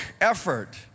effort